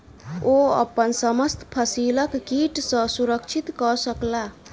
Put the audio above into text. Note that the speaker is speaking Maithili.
ओ अपन समस्त फसिलक कीट सॅ सुरक्षित कय सकला